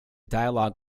dialogue